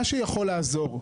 מה שיכול לעזור,